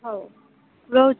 ହଉ ରହୁଛି